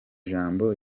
jambo